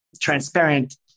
transparent